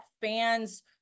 fans